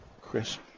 Chris